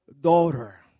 daughter